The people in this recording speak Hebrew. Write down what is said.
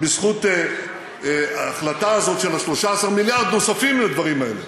ובזכות ההחלטה הזאת יש 13 מיליארדים נוספים לדברים האלה.